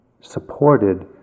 supported